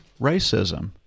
racism